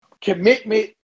commitment